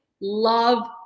love